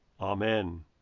Amen